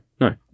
no